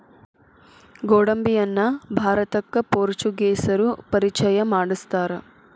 ಗೋಡಂಬಿಯನ್ನಾ ಭಾರತಕ್ಕ ಪೋರ್ಚುಗೇಸರು ಪರಿಚಯ ಮಾಡ್ಸತಾರ